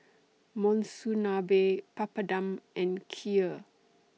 Monsunabe Papadum and Kheer